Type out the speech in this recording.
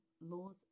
laws